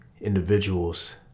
individuals